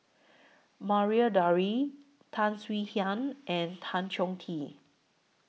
Maria Dyer Tan Swie Hian and Tan Chong Tee